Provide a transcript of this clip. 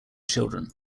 children